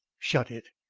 shut it.